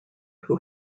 who